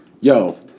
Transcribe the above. Yo